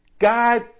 God